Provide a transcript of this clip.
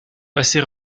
passée